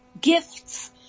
gifts